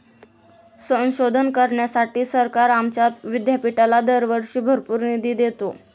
संशोधन करण्यासाठी सरकार आमच्या विद्यापीठाला दरवर्षी भरपूर निधी देते